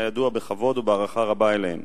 היה ידוע בכבוד ובהערכה הרבה אליהן.